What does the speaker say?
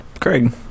Craig